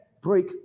break